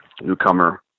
newcomer